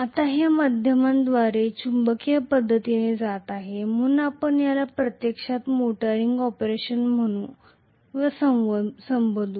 आता हे माध्यमांद्वारे चुंबकीय पद्धतीने जात आहे म्हणून आपण याला प्रत्यक्षात मोटरिंग ऑपरेशन म्हणून संबोधू